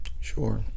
Sure